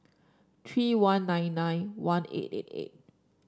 three one nine nine one eight eight eight